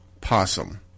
possum